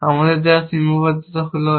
আমাদের দেওয়া সীমাবদ্ধতা হল এই